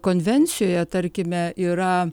konvencijoje tarkime yra